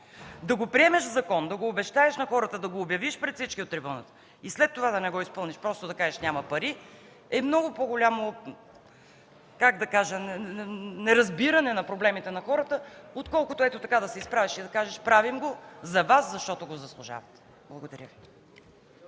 Да приемеш закон, да го обещаеш на хората, да го обявиш пред всички от трибуната и след това да не го изпълниш, просто да кажеш: „Няма пари”, е много по-голямо, как да кажа, неразбиране на проблемите на хората, отколкото да се изправиш и да кажеш: „Правим го за Вас, защото го заслужавате”. Благодаря.